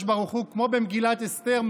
כמו במגילת אסתר,